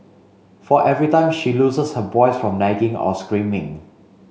for every time she loses her voice from nagging or screaming